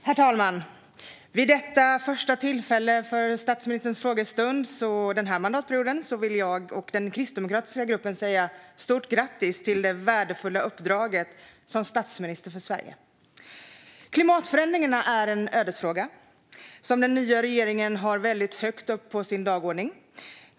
Herr talman! Det är den första frågestunden med statsministern för den här mandatperioden, och jag och den kristdemokratiska gruppen vill säga: Stort grattis till det värdefulla uppdraget som statsminister för Sverige, Ulf Kristersson! Klimatförändringarna är en ödesfråga som den nya regeringen har väldigt högt upp på sin dagordning.